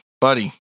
buddy